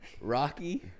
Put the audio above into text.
Rocky